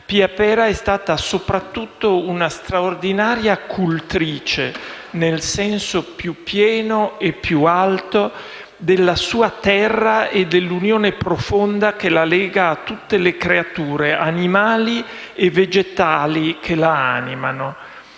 Pia Pera è stata soprattutto una straordinaria cultrice, nel senso più pieno e più alto, della sua terra e dell'unione profonda che la lega a tutte le creature, animali e vegetali, che la animano.